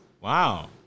Wow